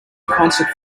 concert